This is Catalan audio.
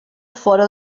fora